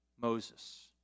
Moses